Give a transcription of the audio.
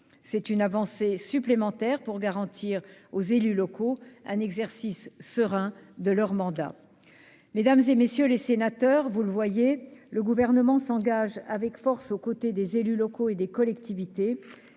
d'une avancée supplémentaire pour garantir aux élus locaux un exercice serein de leur mandat. Mesdames, messieurs les sénateurs, vous le voyez, le Gouvernement s'engage résolument aux côtés des élus locaux et des collectivités.